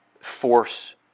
force